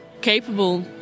capable